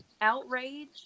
outrage